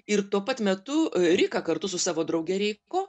ir tuo pat metu rika kartu su savo drauge reiko